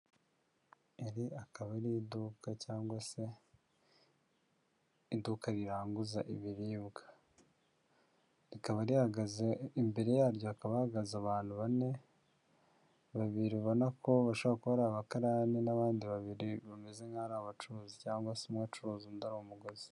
Iri akaba ari iduka se iduka riranguza ibiribwa rikaba rihagaze imbere yaryo haba hahagaze abantu bane babiri ubona ko ari abakarani n'abandi babiri bameze nk'aaba abacuruzi cyangwa se umwecuruza undi ari umugozi.